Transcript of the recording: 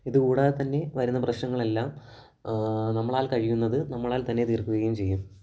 ഇതുകൂടാതെതന്നെ വരുന്ന പ്രശ്നങ്ങളെല്ലാം നമ്മളാൽ കഴിയുന്നത് നമ്മളാൽത്തന്നെ തീർക്കുകയും ചെയ്യും